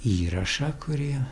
įrašą kurį